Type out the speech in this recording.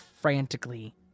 frantically